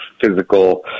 physical